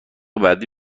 بعدی